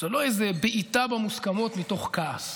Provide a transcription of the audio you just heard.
זה לא איזה בעיטה במוסכמות מתוך כעס